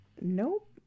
nope